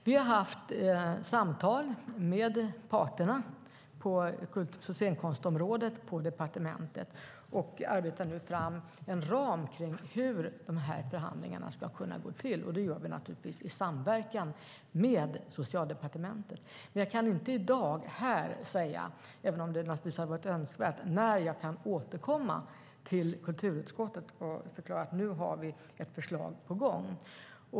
Vi har haft samtal med parterna på scenkonstområdet på departementet. Nu arbetar vi fram en ram för hur de här förhandlingarna ska kunna gå till. Det gör vi naturligtvis i samverkan med Socialdepartementet. Jag kan inte här i dag, även om det hade varit önskvärt, säga när jag kan återkomma till kulturutskottet och förklara att vi har ett förslag på gång.